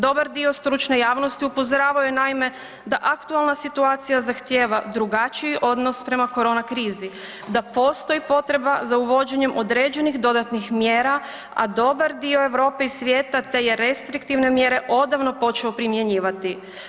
Dobar dio stručne javnosti upozoravao je naime da aktualna situacija zahtjeva drugačiji odnos prema korona krizi, da postoji potreba za uvođenjem određenih dodatnih mjera, a dobar dio Europe i svijeta te je restriktivne mjere odavno počeo primjenjivati.